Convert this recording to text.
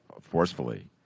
forcefully